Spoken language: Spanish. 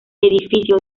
edificio